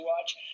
watch